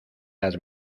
las